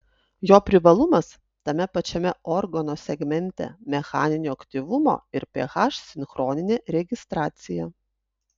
jo privalumas tame pačiame organo segmente mechaninio aktyvumo ir ph sinchroninė registracija